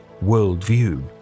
worldview